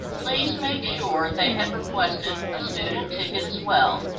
please make sure they have requested a student ticket as well.